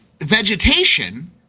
vegetation